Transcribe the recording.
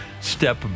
step